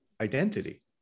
identity